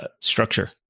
structure